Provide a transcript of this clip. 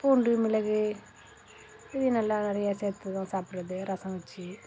பூண்டு மிளகு இது நல்லா நிறையா சேர்த்து சாப்பிட்றது ரசம் வச்சு